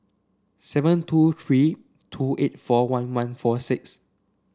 seven two three two eight four one one four six